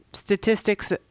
Statistics